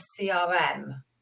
crm